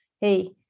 hey